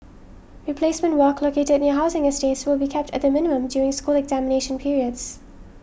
replacement work located near housing estates will be kept at the minimum during school examination periods